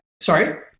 Sorry